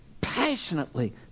passionately